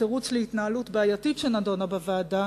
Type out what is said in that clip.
כתירוץ להתנהלות בעייתית שנדונה בוועדה,